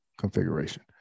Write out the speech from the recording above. configuration